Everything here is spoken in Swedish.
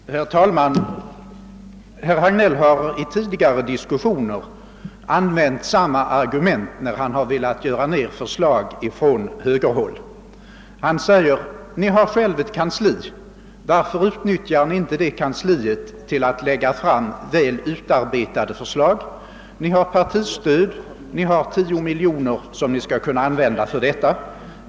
Herr talman! Herr Hagnell har i tidigare diskussioner använt samma argument när han har velat slå ner förslag från högerhåll. Han säger: Ni har själva ett kansli. Varför utnyttjar ni inte det kansliet till att lägga fram väl utarbetade förslag? Ni har partistöd, ni har 10 miljoner kronor som ni skulle kunna använda för detta ändamål.